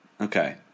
Okay